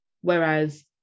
whereas